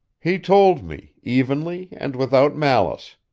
he told me, evenly and without malice.